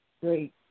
Great